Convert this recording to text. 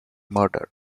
murder